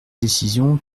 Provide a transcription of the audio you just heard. décisions